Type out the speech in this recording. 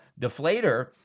deflator